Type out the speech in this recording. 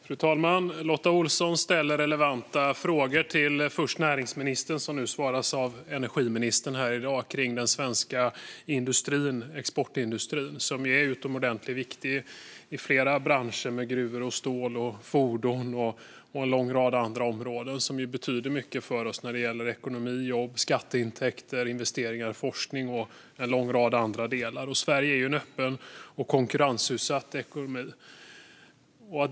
Fru talman! Lotta Olsson har ställt relevanta frågor till näringsministern, vilka besvaras av energiministern här i dag, om den svenska exportindustrin, som är utomordentligt viktig i flera branscher. Gruvor, stål, fordon och en lång rad andra områden betyder mycket för oss när det gäller ekonomi, jobb, skatteintäkter, investeringar i forskning och en lång rad andra delar. Sverige är en öppen och konkurrensutsatt ekonomi.